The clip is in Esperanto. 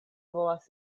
volas